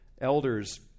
elders